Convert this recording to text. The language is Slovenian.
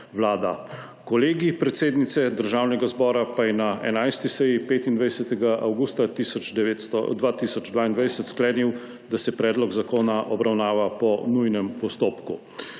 Vlada. Kolegij predsednice Državnega zbora pa je na 11. seji 25. avgusta 2022 sklenil, da se predlog zakona obravnava po nujnem postopku.